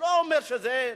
לא אומר שאין.